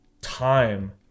time